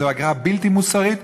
זו אגרה בלתי מוסרית.